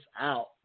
out